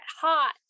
hot